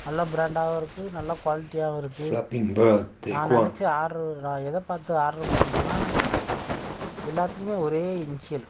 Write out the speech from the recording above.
நல்ல ப்ராண்ட்டாகவும் இருக்கு நல்ல குவாலிட்டியாகவும் இருக்கு நான் நினைச்ச ஆர்டர் நான் எதை பார்த்து ஆர்டர் பண்ணினேன்னா எல்லாத்துலேயுமே ஒரே இன்ஷியல்